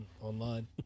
online